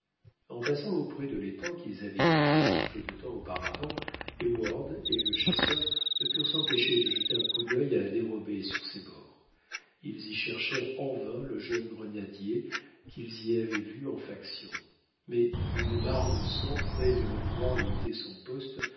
en passant auprès de l'étang qu'ils avaient quitté si peu de temps auparavant heyward et le chasseur ne purent s'empêcher de jeter un coup d'œil à la dérobée sur ses bords ils y cherchèrent en vain le jeune grenadier qu'ils y avaient vu en faction mais une mare de sang près de l'endroit où était son poste